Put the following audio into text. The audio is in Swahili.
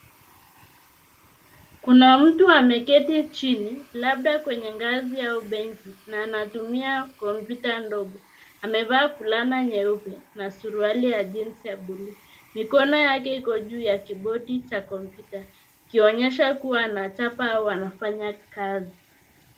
Kuna mtu ameketi chini labda kwenye ngazi au benchi na anatumia kompyuta ndogo, amevaa fulana nyeupe na suali ya jinsi ya bluu. Mikono yake iko juu ya kibodi cha kompyuta ikionyesha kuwa anachapa au anafanya kazi.